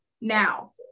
now